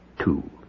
two